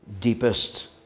deepest